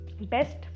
best